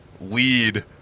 lead